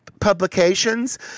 publications